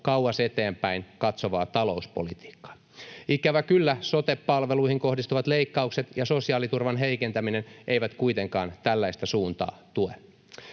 kauas eteenpäin katsovaa talouspolitiikkaa. Ikävä kyllä, sote-palveluihin kohdistuvat leikkaukset ja sosiaaliturvan heikentäminen eivät kuitenkaan tällaista suuntaa tue.